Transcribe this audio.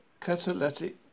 catalytic